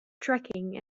trekking